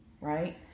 right